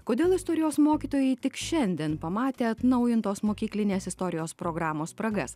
kodėl istorijos mokytojai tik šiandien pamatė atnaujintos mokyklinės istorijos programos spragas